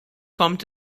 kommt